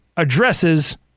addresses